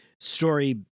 story